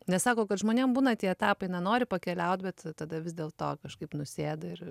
nes sako kad žmonėm būna tie etapai na nori pakeliaut bet tada vis dėlto kažkaip nusėda ir